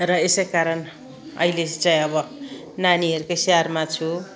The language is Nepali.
र यसै कारण अहिले चाहिँ अब नानीहरूकै स्याहारमा छु